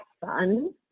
fun